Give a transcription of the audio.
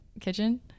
kitchen